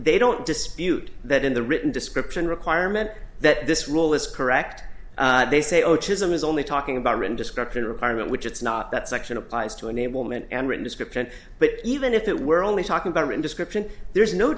they don't dispute that in the written description requirement that this rule is correct they say oh chisholm is only talking about written description requirement which it's not that section applies to any woman and written description but even if it were only talking about him and description there is no